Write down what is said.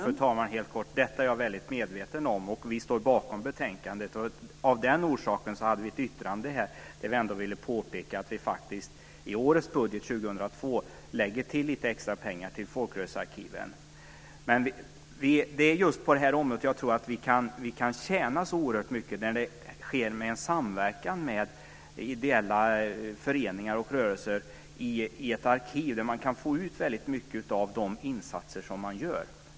Fru talman! Detta är jag väldigt medveten om, och vi står bakom betänkandet. Av den orsaken hade vi ett yttrande i betänkandet där vi påpekar att vi faktiskt i årets budget lägger till extra pengar till folkrörelsearkiven. Men det är just på det här området som jag tror att man kan tjäna så oerhört mycket. När det sker en samverkan mellan ideella föreningar och rörelser i ett arkiv kan man få ut väldigt mycket av de insatser som man gör.